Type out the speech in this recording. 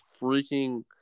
freaking